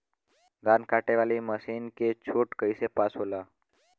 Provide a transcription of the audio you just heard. धान कांटेवाली मासिन के छूट कईसे पास होला?